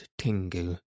Tingu